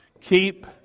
Keep